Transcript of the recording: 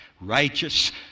righteous